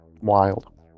Wild